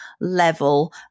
level